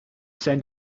zijn